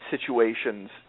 situations